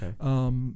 Okay